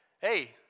hey